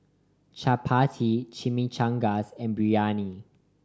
Chapati Chimichangas and Biryani